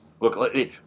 look